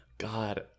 God